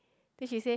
then she say